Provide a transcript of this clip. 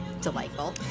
delightful